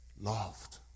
Loved